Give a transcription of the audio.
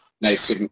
nice